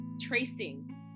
tracing